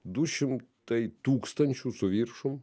du šimtai tūkstančių su viršum